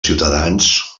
ciutadans